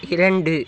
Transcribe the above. இரண்டு